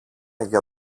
για